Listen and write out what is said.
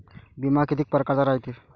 बिमा कितीक परकारचा रायते?